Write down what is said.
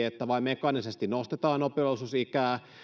että vain mekaanisesti nostetaan oppivelvollisuusikää